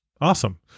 Awesome